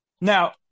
Now